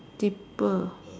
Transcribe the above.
deeper